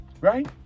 right